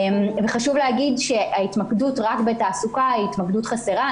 חשוב להגיד שהתמקדות רק בתעסוקה היא התמקדות חסרה.